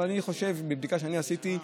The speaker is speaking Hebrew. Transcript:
אבל מבדיקה שאני עשיתי,